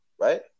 right